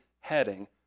heading